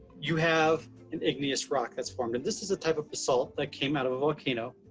you have an igneous rock that's formed. and this is the type of basalt that came out of a volcano.